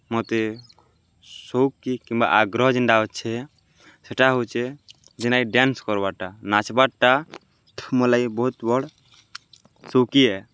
ମତେ ସଉକ୍ କି କିମ୍ବା ଆଗ୍ରହ ଯେନ୍ଟା ଅଛେ ସେଟା ହଉଚେ ଜେନ୍ଟାକି ଡ୍ୟାନ୍ସ କର୍ବାର୍ଟା ନାଚ୍ବାର୍ଟା ମର୍ ଲାଗି ବହୁତ୍ ବଡ଼୍ ସଉକି ଏ